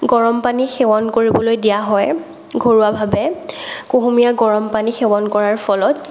গৰম পানী সেৱন কৰিবলৈ দিয়া হয় ঘৰুৱাভাৱে কুহুমীয়া গৰম পানী সেৱন কৰাৰ ফলত